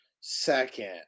second